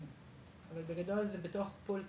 אבל בגדול זה בתוך פול כללי.